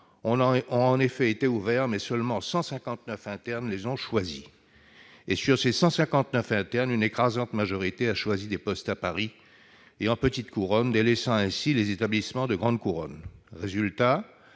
postes ont été ouverts, mais seulement 159 internes les ont choisis, dont une écrasante majorité pour des postes à Paris et en petite couronne, délaissant ainsi les établissements de grande couronne.